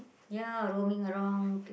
ya roaming around